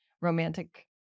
romantic